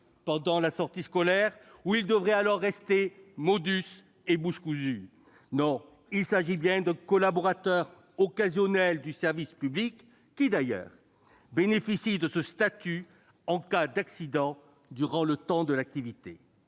pendant la sortie scolaire, où il devrait rester motus et bouche cousue ! Non, il s'agit bien d'un collaborateur occasionnel du service public, bénéficiant d'ailleurs de ce statut en cas d'accident pendant l'activité.